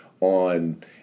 On